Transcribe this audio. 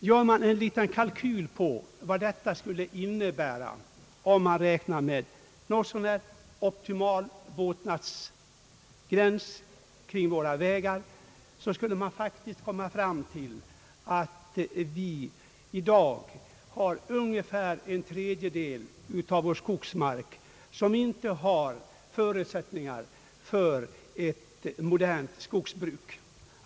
Gör man en kalkyl på vad detta skulle innebära — med något så när optimal båtnadsgräns kring våra vägar — kommer man faktiskt till resultatet att det i dag är ungefär en tredjedel av vår skogsmark som inte har förutsättningar för ett modernt skogsbruk.